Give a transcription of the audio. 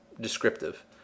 descriptive